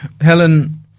Helen